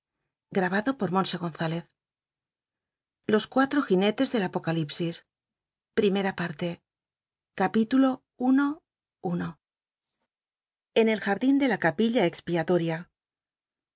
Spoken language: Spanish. l los cuatiio jinetes oel apocülipsis primera parte en el jardín de la capilla expiatoria